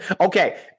Okay